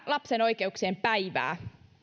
lapsen oikeuksien päivää